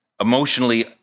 emotionally